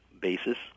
basis